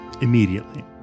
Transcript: Immediately